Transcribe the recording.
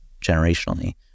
generationally